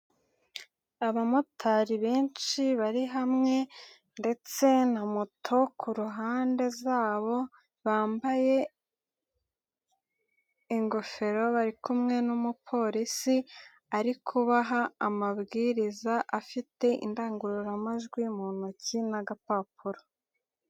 Abamotari benshi bari hamwe ndetse na moto ku ruhande zabo, bambaye ingofero bari kumwe n'umupolisi, arikubaha amabwiriza, afite indangururamajwi mu ntoki n'agapapuro.